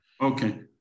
Okay